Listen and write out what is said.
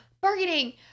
bargaining